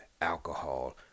alcohol